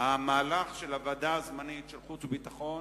פתחתי